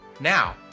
Now